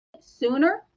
sooner